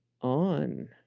on